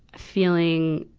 feeling,